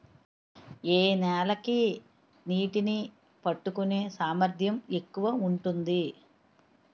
ఏ నేల కి నీటినీ పట్టుకునే సామర్థ్యం ఎక్కువ ఉంటుంది?